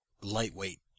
lightweight